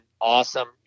awesome